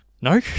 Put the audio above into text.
No